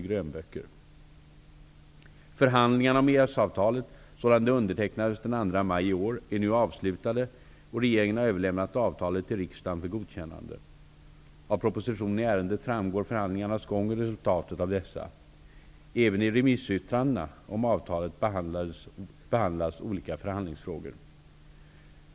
Förhandlingarna om EES-avtalet sådant det undertecknades den 2 maj i år är nu avslutade och regeringen har överlämnat avtalet till riksdagen för godkännande. Av propositionen i ärendet framgår förhandlingarnas gång och resultatet av dessa. Även i remissyttrandena om avtalet behandlas olika förhandlingsfrågor.